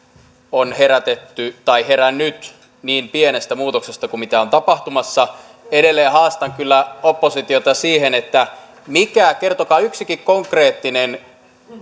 on herätetty tai herännyt niin pienestä muutoksesta kuin mitä on tapahtumassa edelleen haastan kyllä oppositiota siihen että kertokaa yksikin konkreettinen